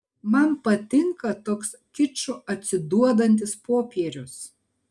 man patinka toks kiču atsiduodantis popierius